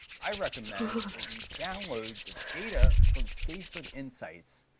i recommend that you download the data from facebook insights.